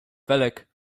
felek